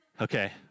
Okay